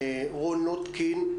רון נוטקין,